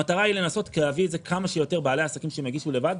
המטרה היא לנסות להביא את זה כמה שיותר לבעלי עסקים שהם יגישו לבד.